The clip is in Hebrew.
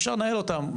אפשר לנהל אותם,